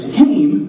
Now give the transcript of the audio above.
came